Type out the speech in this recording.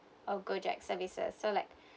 or go jack services so like